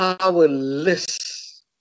powerless